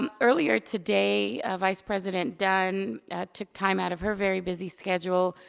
um earlier today ah vice president dunn took time out of her very busy schedule,